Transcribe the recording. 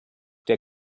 der